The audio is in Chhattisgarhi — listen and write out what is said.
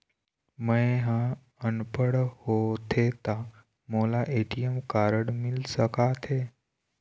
मैं ह अनपढ़ होथे ता मोला ए.टी.एम कारड मिल सका थे?